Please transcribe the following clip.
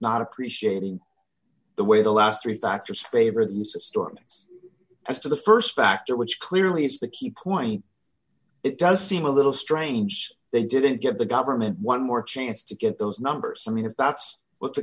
not appreciating the way the last three factors favor the use of storms as to the st factor which clearly is the key point it does seem a little strange they didn't give the government one more chance to get those numbers i mean if that's what the